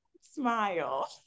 smile